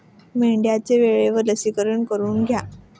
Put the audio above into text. मेंढ्यांचे वेळेवर लसीकरण करून घ्या